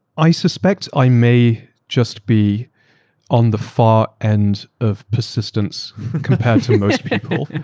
i suspect i may just be on the far end of persistence compared to most people.